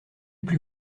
plus